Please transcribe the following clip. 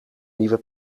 nieuwe